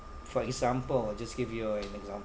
for example just give you a an example